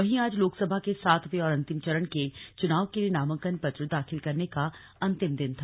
वहीं आज लोकसभा के सातवें और अंतिम चरण के चुनाव के लिए नामांकन पत्र दाखिल करने का अंतिम दिन था